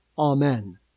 Amen